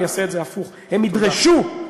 אני אעשה את זה הפוך: הם ידרשו מחברת